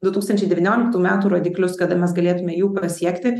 du tūkstančiai devynioliktų metų rodiklius kada mes galėtume jų pasiekti